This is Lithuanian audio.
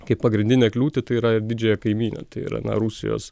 kaip pagrindinę kliūtį tai yra didžiąją kaimynę tai yra na rusijos